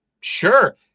Sure